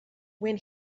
when